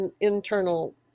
internal